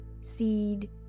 seed